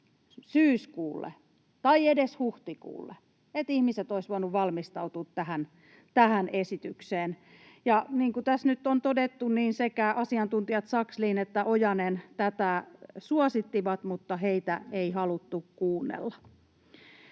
syyskuulle tai edes huhtikuulle, niin että ihmiset olisivat voineet valmistautua tähän esitykseen. Ja niin kuin tässä nyt on todettu, sekä asiantuntijat Sakslin että Ojanen tätä suosittivat, mutta heitä ei haluttu kuunnella.